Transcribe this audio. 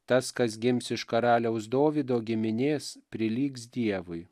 tas kas gims iš karaliaus dovydo giminės prilygs dievui